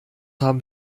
haben